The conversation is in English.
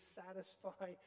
satisfy